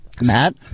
Matt